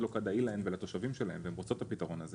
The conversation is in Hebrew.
לא כדאי להם ולתושבים שלהן והן רוצות את הפתרון הזה